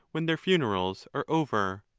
when their funerals are over.